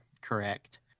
correct